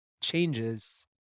changes